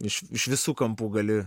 iš iš visų kampų gali